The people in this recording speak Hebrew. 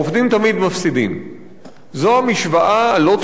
זו המשוואה הלא-צודקת, הלא-הגיונית